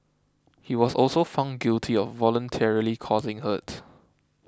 he was also found guilty of voluntarily causing hurt